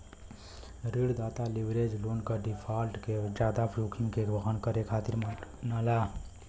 ऋणदाता leverage loan क default के जादा जोखिम के वहन करे खातिर मानला